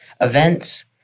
events